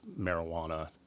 marijuana